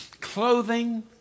clothing